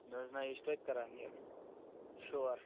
نَہ حظ نَہ یہِ چھُ توتہِ کَران یہِ شور